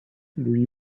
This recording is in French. louis